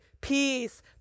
peace